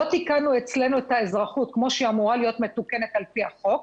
לא תיקנו אצלנו את האזרחות כמו שהיא אמורה להיות מתוקנת על פי החוק,